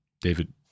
David